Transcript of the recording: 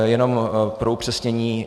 Jenom pro upřesnění.